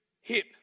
hip